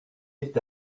est